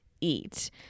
eat